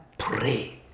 Pray